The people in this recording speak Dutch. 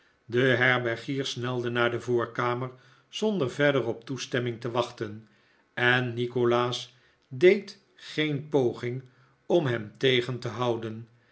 de herbergier snelde naar de voorkamer zonder verder op toestemming te wachten en nikolaas deed geen poging om hem tegen te houden